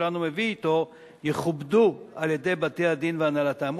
שלנו מביא אתו יכובדו על-ידי בתי-הדין והנהלתם.